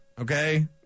Okay